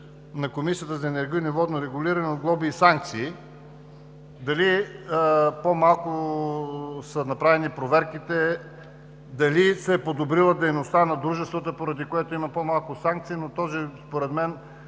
на Комисията за енергийно и водно регулиране от глоби и санкции, дали по-малко са направени проверки, дали се е подобрила дейността на дружествата, поради което има по-малко санкции? Според мен